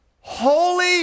holy